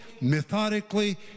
methodically